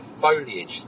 foliage